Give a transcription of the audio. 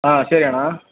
ಹಾಂ ಸರಿ ಅಣ್ಣ